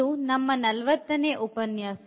ಇದು ನಮ್ಮ ೪೦ನೇ ಉಪನ್ಯಾಸ